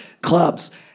clubs